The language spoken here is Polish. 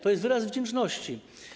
To jest wyraz wdzięczności.